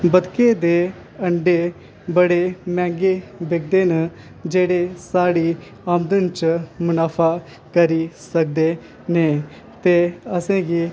बतखें दे अंडे बड़े मैहंगे बिकदे न जेह्ड़े साढ़ी आमदन च मुनाफा करी सकदे न ते असेंगी